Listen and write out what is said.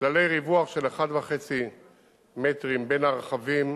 כללי ריווח של 1.5 מטרים בין הרכבים